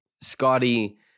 Scotty